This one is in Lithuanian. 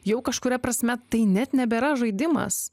jau kažkuria prasme tai net nebėra žaidimas